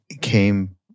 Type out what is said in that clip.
came